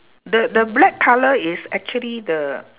the the black colour is actually the